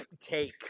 take